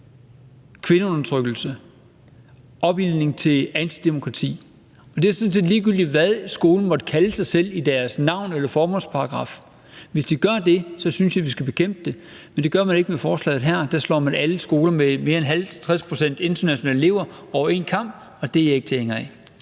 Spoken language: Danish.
kvindeundertrykkelse og opildnen til antidemokratiske holdninger. Det er sådan set ligegyldigt, hvad skolen måtte have af navn eller som formålsparagraf. Hvis de gør det, synes jeg, at vi skal bekæmpe det, men det gør man ikke med forslaget her, for her skærer man alle skoler med mere end 50 pct. internationale elever over en kam. Det er jeg ikke tilhænger af.